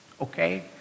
Okay